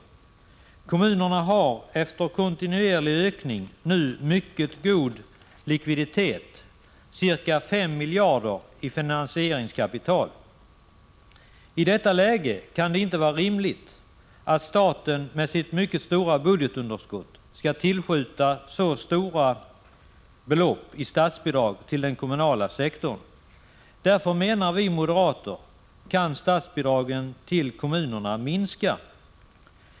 Härtill kommer att kommunerna efter kontinuerlig ökning nu har mycket god likviditet, ca 5 miljarder i finansieringskapital.” I detta läge kan det inte vara rimligt att staten med sitt mycket stora budgetunderskott skall tillskjuta så stora belopp i statsbidrag till den kommunala sektorn. Därför menar vi moderater att statsbidragen till kommunerna kan minska.